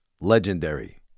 legendary